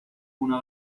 una